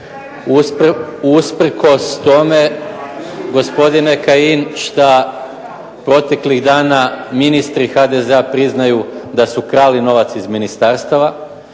usprkos tome gospodine Kajin šta proteklih dana ministri HDZ-a priznaju da su krali novac iz ministarstava,